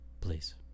please